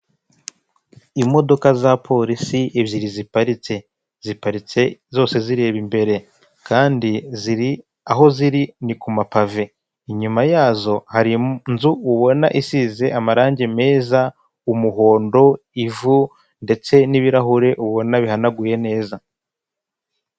Imodoka za polisi ebyiri ziparitse ziparitse zose zireba imbere kandi ziri aho ziri ni kumapavi, inyuma yazo hari inzu ubona isize amarange meza umuhondo, ivu ndetse n'ibirahure ubona bihanaguye neza.